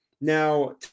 Now